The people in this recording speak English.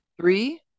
Three